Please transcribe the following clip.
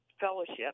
fellowship